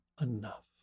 enough